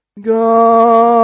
God